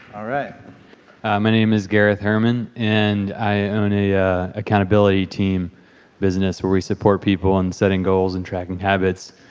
all right my name is gareth herman and i own an ah yeah accountability team business where we support people in setting goals and tracking habits,